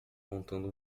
montando